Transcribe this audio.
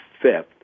fifth